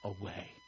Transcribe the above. away